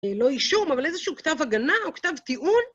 לא אישום, אבל איזשהו כתב הגנה או כתב טיעון.